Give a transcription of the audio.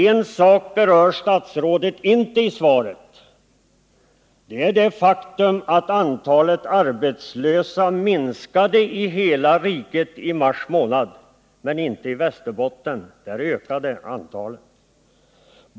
En sak berör statsrådet inte i svaret. Det är det faktum att antalet arbetslösa i mars månad minskade i hela riket utom i Västerbotten — där ökade antalet.